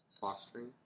Fostering